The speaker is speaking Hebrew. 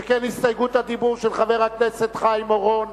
שכן הסתייגות הדיבור של חבר הכנסת חיים אורון,